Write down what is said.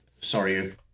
sorry